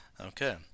Okay